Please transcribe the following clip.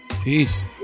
Peace